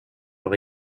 leur